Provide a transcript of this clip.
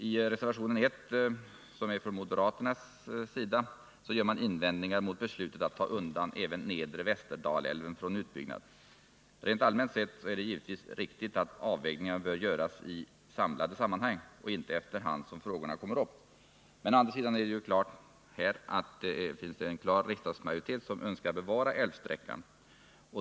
I reservationen 1 görs från moderat håll invändningar mot beslutet att ta undan även nedre Västerdalälven från utbyggnad. Rent allmänt sett är det givetvis riktigt att avvägningarna bör göras i samlade sammanhang och inte efter hand som frågorna kommer upp. Å andra sidan är det ju här givet att en klar riksdagsmajoritet önskar bevara älvsträckan.